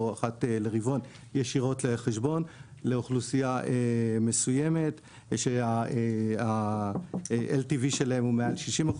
לו אחת לרבעון ישירות לחשבון לאוכלוסייה מסוימת שה-LTV שלהם הוא מעל 60%